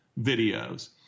videos